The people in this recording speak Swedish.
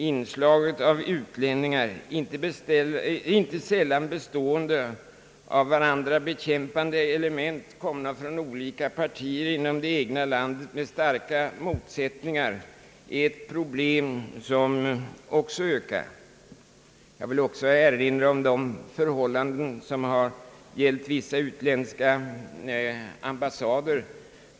Inslaget av utlänningar, inte sällan bestående av varandra bekämpande element komna från olika partier inom det egna landet med starka motsättningar, är ett problem som ökar. Jag vill också erinra om de förhållanden som har gällt vissa utländska ambassader.